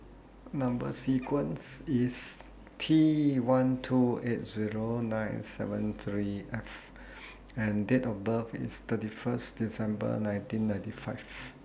Number sequence IS T one two eight Zero nine seven three F and Date of birth IS thirty First December nineteen ninety five